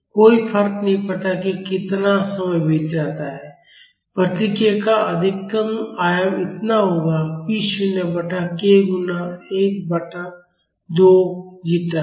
कोई फर्क नहीं पड़ता कि कितना समय बीत जाता है प्रतिक्रिया का अधिकतम आयाम इतना होगा p शून्य बटा k गुणा 1 बाटा 2 जीटा